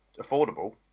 affordable